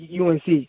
UNC